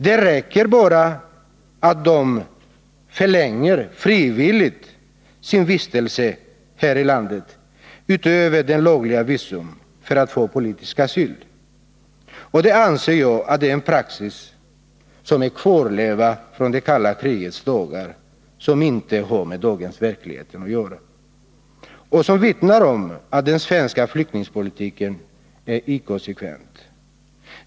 Det räcker med att de frivilligt förlänger sin vistelse här i landet utöver vad som anges i utfärdat visum, för att de skall få politisk asyl. Denna praxis anser jag vara en kvarleva från det kalla krigets dagar, vilken inte har med dagens verklighet att göra och vilken vittnar om att den svenska flyktingpolitiken är inkonsekvent.